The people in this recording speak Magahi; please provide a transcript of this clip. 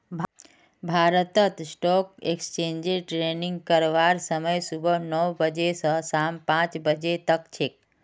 भारतत स्टॉक एक्सचेंज ट्रेडिंग करवार समय सुबह नौ बजे स शाम पांच बजे तक छेक